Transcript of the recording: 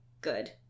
good